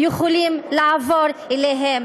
יכולים לעבור אליה.